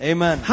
Amen